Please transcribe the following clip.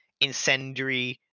incendiary